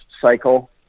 cycle